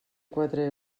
quatre